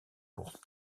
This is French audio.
courts